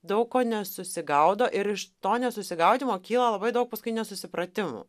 daug ko nesusigaudo ir iš to nesusigaudymo kyla labai daug paskui nesusipratimų